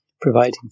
providing